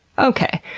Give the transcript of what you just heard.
okay.